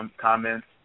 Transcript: comments